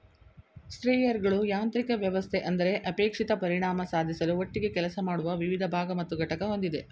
ಸ್ಪ್ರೇಯರ್ಗಳು ಯಾಂತ್ರಿಕ ವ್ಯವಸ್ಥೆ ಅಂದರೆ ಅಪೇಕ್ಷಿತ ಪರಿಣಾಮ ಸಾಧಿಸಲು ಒಟ್ಟಿಗೆ ಕೆಲಸ ಮಾಡುವ ವಿವಿಧ ಭಾಗ ಮತ್ತು ಘಟಕ ಹೊಂದಿದೆ